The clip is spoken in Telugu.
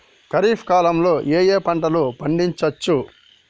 ఖరీఫ్ కాలంలో ఏ ఏ పంటలు పండించచ్చు?